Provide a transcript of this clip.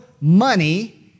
money